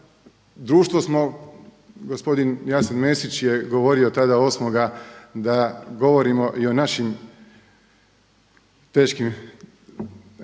društvo smo gospodin Jasen Mesić je govorio tada 8. da govorimo i o našim teškim